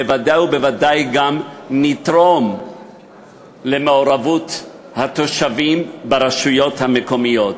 בוודאי ובוודאי גם נתרום למעורבות התושבים ברשויות המקומיות.